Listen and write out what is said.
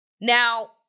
Now